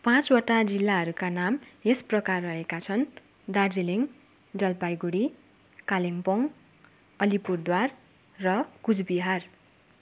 पाँचवटा जिल्लाहरूका नाम यस प्रकार रहेका छन् दार्जिलिङ जलपाइगुडी कालिम्पोङ अलिपुरद्वार र कुचबिहार